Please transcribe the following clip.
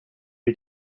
new